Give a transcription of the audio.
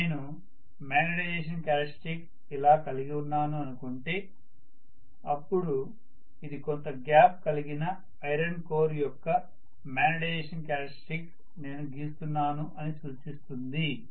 నేను magnetization characteristic ఇలా కలిగి ఉన్నాను అనుకుంటే అవ్పుడు ఇది కొంత గ్యాప్ కలిగిన ఐరన్ కోర్ యొక్క మాగ్నెటైజషన్ క్యారెక్టర్స్టిక్ నేను గీస్తున్నాను అని సూచిస్తుంది